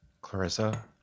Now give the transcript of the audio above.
Clarissa